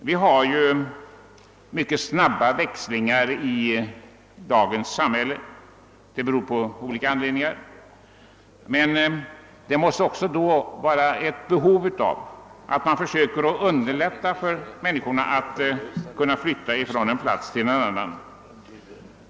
Det uppkommer ju av olika anledningar mycket snabba växlingar i dagens samhälle, och därför bör vi försöka underlätta för människorna att kunna flytta från en plats till en annan.